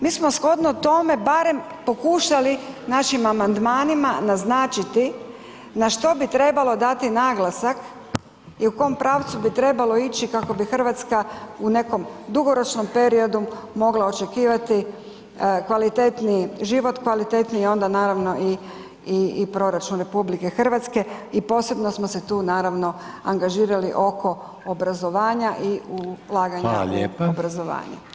Mi smo shodno tome barem pokušali našim amandmanima naznačiti na što bi trebalo dati naglasak i u kom pravcu bi trebalo ići kako bi Hrvatska u nekom dugoročnom periodu mogla očekivati kvalitetniji život, kvalitetniji onda naravno i proračun RH i posebno smo se tu naravno angažirali oko obrazovanja i ulaganja u obrazovanje.